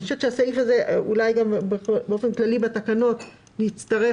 אני חושבת שלגבי התקנה הזאת נצטרך